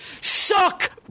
suck